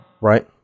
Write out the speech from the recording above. Right